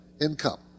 income